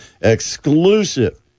exclusive